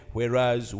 Whereas